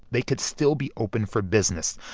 they could still be open for business.